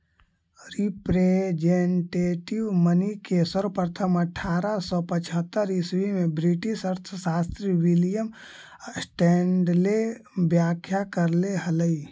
representative money के सर्वप्रथम अट्ठारह सौ पचहत्तर ईसवी में ब्रिटिश अर्थशास्त्री विलियम स्टैंडले व्याख्या करले हलई